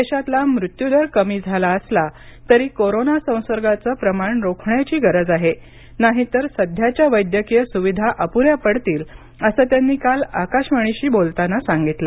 देशातला मृत्युदर कमी सला तरी कोरोना संसर्गाचं प्रमाण रोखण्याची गरज आहे नाहीतर सध्याच्या वैद्टकीय सुविधा अपुऱ्या पडतील असं त्यांनी काल आकाशवाणीशी बोलताना सांगितलं